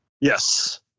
Yes